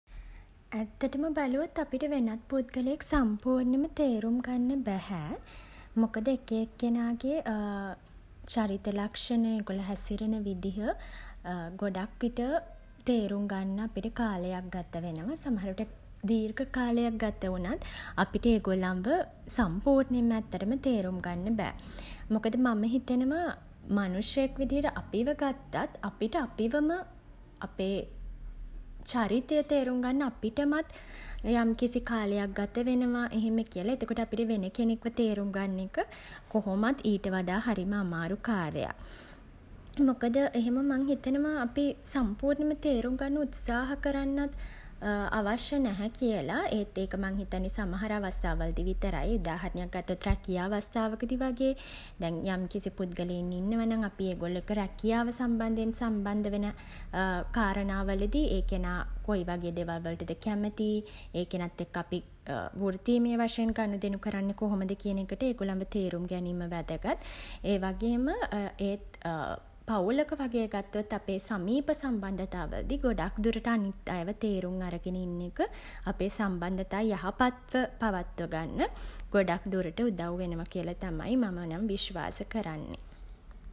ඇත්තටම බැලුවොත් අපිට වෙනත් පුද්ගලයෙක් සම්පූර්ණයෙන්ම තේරුම් ගන්න බැහැ. මොකද එක එක්කෙනාගේ චරිත ලක්ෂණ ඒගොල්ලෝ හැසිරෙන විදිහ ගොඩක් විට තේරුම් ගන්න අපිට කාලයක් ගත වෙනවා. සමහර විට දීර්ඝ කාලයක් ගත වුණත් අපිට ඒගොල්ලොන්ව සම්පූර්ණයෙන්ම ඇත්තටම තේරුම් ගන්න බෑ. මොකද මම හිතනවා මනුෂ්‍යයෙක් විදියට අපිව ගත්තත් අපිට අපිවම අපේ චරිතය තේරුම් ගන්න අපිටමත් යම්කිසි කාලයක් ගත වෙනවා එහෙම කියල. එතකොට අපිට වෙන කෙනෙක්ව තේරුම් ගන්න එක කොහොමත් ඊට වඩා හරිම අමාරු කාර්යයක්. මොකද එහෙම මං හිතනවා අපි සම්පූර්ණයෙන්ම තේරුම් ගන්න උත්සාහ කරන්නත් අවශ්‍ය නැහැ කියල. ඒත් ඒක මං හිතන්නේ සමහර අවස්ථා වලදී විතරයි. උදාහරණයක් ගත්තොත් රැකියා අවස්ථාවකදි වගේ දැන් යම්කිසි පුද්ගලයින් ඉන්නවා නම් අපි ඒගොල්ලෝ එක්ක රැකියාව සම්බන්ධයෙන් සම්බන්ධ වන කාරණා වලදි ඒ කෙනා කොයි වගේ දේවල් වලටද කැමති ඒ කෙනත් එක්ක අපි වෘත්තීමය වශයෙන් ගනුදෙනු කරන්නේ කොහොමද කියන එකට ඒගොල්ලන්ව තේරුම් ගැනීම වැදගත්. ඒ වගේම ඒත් පවුලක වගේ ගත්තොත් අපේ සමීප සම්බන්ධතා වලදි ගොඩක් දුරට අනිත් අයව තේරුම් අරගෙන ඉන්න එක අපේ සම්බන්ධතා යහපත්ව පවත්ව ගන්න ගොඩක් දුරට උදව් වෙනව කියල තමයි මම නම් විශ්වාස කරන්නේ.